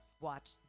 watch